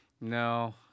no